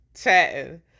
chatting